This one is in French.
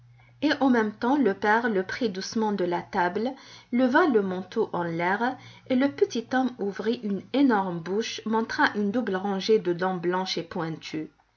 et en même temps le père le prit doucement de la table leva le manteau en l'air et le petit homme ouvrit une énorme bouche montra une double rangée de dents blanches et pointues